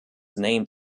named